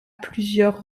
plusieurs